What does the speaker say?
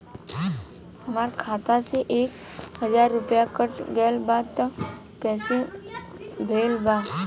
हमार खाता से एक हजार रुपया कट गेल बा त कइसे भेल बा?